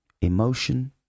Emotion